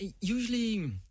Usually